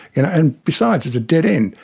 you know and besides, it's a dead end.